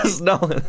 no